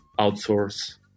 outsource